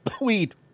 weed